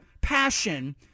passion